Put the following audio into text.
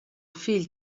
fill